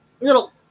little